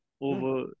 over